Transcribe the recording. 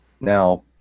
Now